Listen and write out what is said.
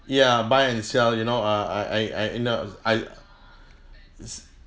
ya buy and sell you know uh I I I know I it's